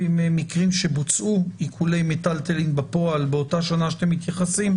מקרים שבוצעו עיקולי מטלטלים בפועל באותה השנה שאליה אתם מתייחסים,